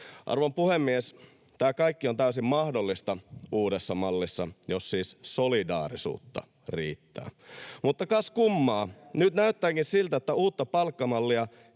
Arvon puhemies! Tämä kaikki on täysin mahdollista uudessa mallissa, jos siis solidaarisuutta riittää. [Aki Lindénin välihuuto] Mutta kas kummaa, nyt näyttääkin siltä, että uutta palkkamallia